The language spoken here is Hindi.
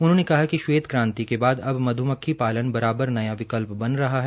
उन्होंने कहा कि श्वेत क्रांति के बाद मध् मक्खी पालन बराबर न्या विकल्प बन रहा है